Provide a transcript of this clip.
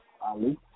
Ali